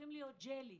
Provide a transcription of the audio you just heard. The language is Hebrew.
הופכים להיות ג'לי.